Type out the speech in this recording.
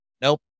Nope